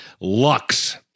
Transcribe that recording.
Lux